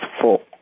full